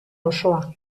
osoa